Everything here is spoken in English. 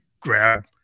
grab